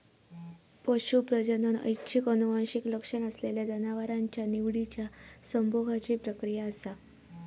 पशू प्रजनन ऐच्छिक आनुवंशिक लक्षण असलेल्या जनावरांच्या निवडिच्या संभोगाची प्रक्रिया असा